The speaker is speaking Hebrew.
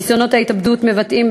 ניסיונות ההתאבדות מבטאים,